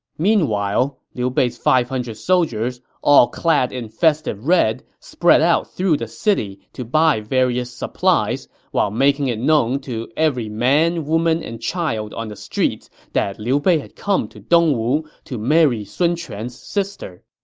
meanwhile, liu bei's five hundred soldiers, all clad in festive red, spread out through the city to buy various supplies while making it known to every man, woman, and child on the streets that liu bei had come to dongwu to marry sun quan's sister.